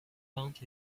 want